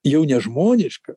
jau nežmoniška